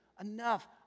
Enough